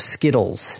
Skittles